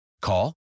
Call